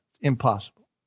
Impossible